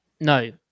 no